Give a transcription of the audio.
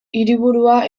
hiriburua